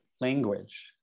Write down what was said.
language